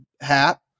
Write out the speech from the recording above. hat